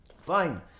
fine